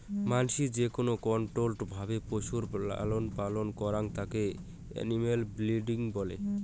মানাসি যেকোন কন্ট্রোল্ড ভাবে পশুর লালন পালন করং তাকে এনিম্যাল ব্রিডিং বলে